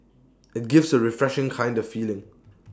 IT gives A refreshing kind of feeling